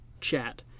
chat